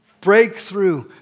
Breakthrough